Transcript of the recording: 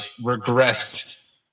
regressed